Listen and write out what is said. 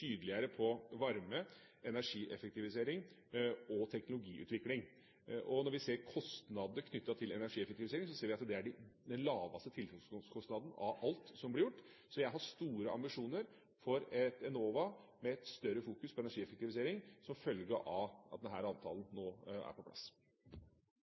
tydeligere på varme, energieffektivisering og teknologiutvikling. Når vi ser kostnadene knyttet til energieffektivisering, ser vi at det er den laveste tilknytningskostnaden av alt som blir gjort. Så jeg har store ambisjoner for et Enova med et større fokus på energieffektivisering som følge av at